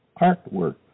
Artwork